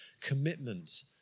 commitment